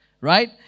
right